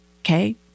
Okay